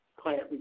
client